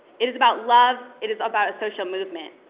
it is about love, it is about a social movement.